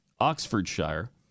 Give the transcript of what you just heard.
Oxfordshire